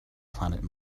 planet